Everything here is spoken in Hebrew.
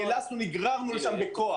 נאלצנו, נגררנו לשם בכוח.